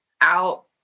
out